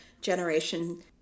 generation